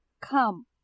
come